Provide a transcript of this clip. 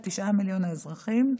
את תשעת מיליון האזרחים,